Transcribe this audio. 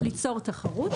ליצור תחרות.